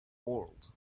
world